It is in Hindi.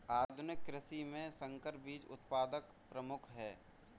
आधुनिक कृषि में संकर बीज उत्पादन प्रमुख है